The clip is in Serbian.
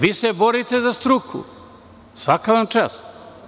Vi se borite za struku, svaka vam čast.